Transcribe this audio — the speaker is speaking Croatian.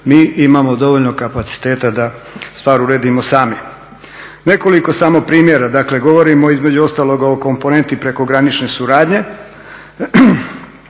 Mi imamo dovoljno kapaciteta da stvar uredimo sami. Nekoliko samo primjera. Dakle, govorimo između ostalog o komponenti prekogranične suradnje.